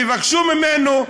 יבקשו ממנו,